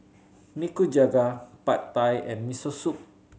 Nikujaga Pad Thai and Miso Soup